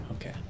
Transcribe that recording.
Okay